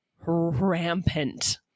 rampant